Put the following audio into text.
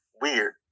weird